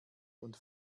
und